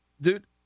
Dude